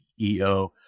CEO